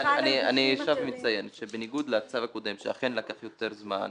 זה צו יותר מורכב שחל על גופים אחרים.